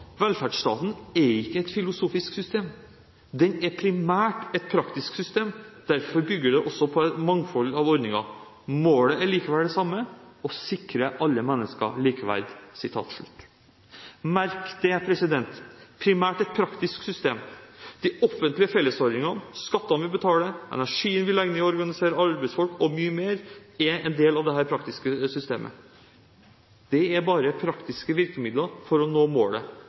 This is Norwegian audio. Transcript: er ikke et filosofisk system. Den er primært et praktisk system, derfor bygger det også på et mangfold av ordninger. Målet er likevel det samme: Å sikre alle mennesker likeverd.» Merk det – primært et praktisk system. De offentlige fellesordningene, skattene vi betaler, energien vi legger ned i å organisere arbeidsfolk og mye mer, er en del av dette praktiske systemet. Det er bare praktiske virkemidler for å nå målet